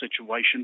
situation